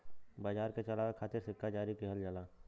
बाजार के चलावे खातिर सिक्का जारी किहल जाला